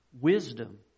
wisdom